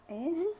and